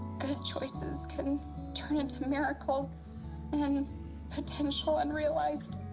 good choices can turn into miracles and potential unrealized.